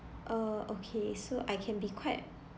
uh okay so I can be quite